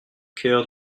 cœur